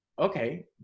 okay